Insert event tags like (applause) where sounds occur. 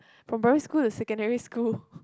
from primary school to secondary school (breath)